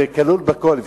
זה כלול בכול.